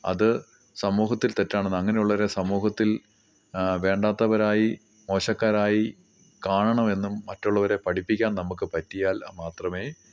അത് സമൂഹത്തിൽ തെറ്റാണെന്ന് അങ്ങനെയുള്ളവരെ സമൂഹത്തിൽ വേണ്ടാത്തവരായി മോശക്കരായി കാണണമെന്നും മറ്റുള്ളവരെ പഠിപ്പിക്കാൻ നമുക്ക് പറ്റിയാൽ മാത്രമേ